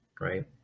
right